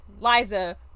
Liza